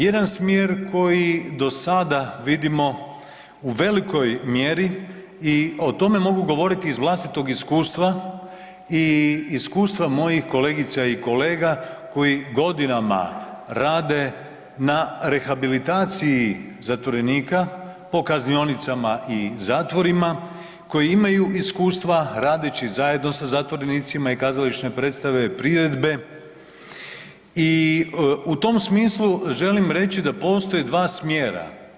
Jedan smjer koji do sada vidimo u velikoj mjeri i o tome mogu govoriti iz vlastitog iskustva i iskustva mojih kolegica i kolega koji godinama rade na rehabilitaciji zatvorenika po kaznionicama i zatvorima koji imaju iskustva radeći zajedno sa zatvorenicima i kazališne predstave i priredbe i u tom smislu želim reći da postoje 2 smjera.